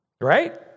Right